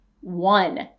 One